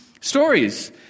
stories